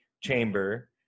chamber